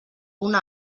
una